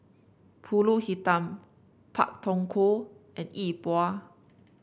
pulut hitam Pak Thong Ko and Yi Bua